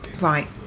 Right